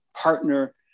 partner